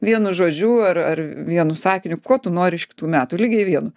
vienu žodžiu ar ar vienu sakiniu ko tu nori iš kitų metų lygiai vienu